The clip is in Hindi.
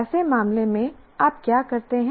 ऐसे मामले में आप क्या करते हैं